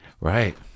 Right